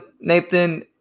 nathan